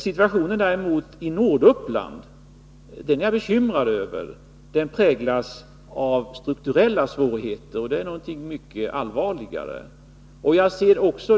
Situationen i Norduppland är jag däremot bekymrad över; den präglas av strukturella svårigheter, och det är någonting mycket allvarligare.